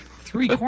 Three